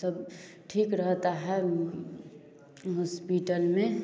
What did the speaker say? सब ठीक रहता है हॉस्पिटल में